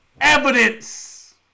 evidence